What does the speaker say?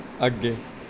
ਅੱਗੇ